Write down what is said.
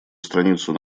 страницу